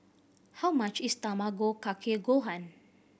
how much is Tamago Kake Gohan